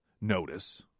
notice